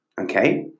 okay